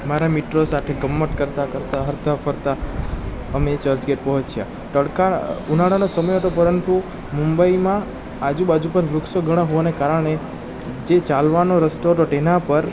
મારા મિત્રો સાથે ગમ્મત કરતાં કરતાં હરતા ફરતા અમે ચર્ચગેટ પહોંચ્યા તડકા ઉનાળાનો સમય હતો પરંતુ મુંબઈમાં આજુબાજુ પર વૃક્ષો ઘણાં હોવાને કારણે જે ચાલવાનો રસ્તો હતો તેના પર